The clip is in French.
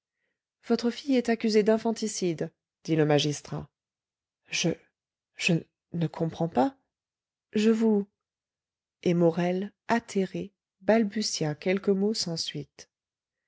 votre fille est accusée d'infanticide dit le magistrat je je ne comprends pas je vous et morel atterré balbutia quelques mots sans suite